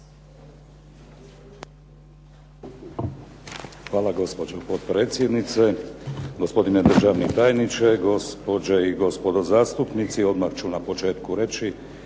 Hvala, gospođo potpredsjednice. Gospodine državni tajniče, gospođe i gospodo zastupnici. Odmah ću na početku reći,